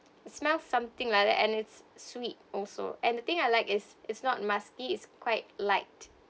smell something like that and it's sweet also and the thing I like is is not musky is quite light